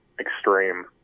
extreme